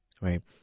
right